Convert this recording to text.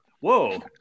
Whoa